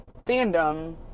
fandom